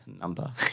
number